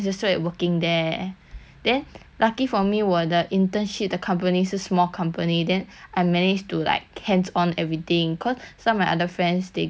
then lucky for me 我的 internship 的 company a small company then and managed to like hands on everything cause some my other friends they go like 那个 bigger company